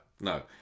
no